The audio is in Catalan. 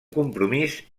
compromís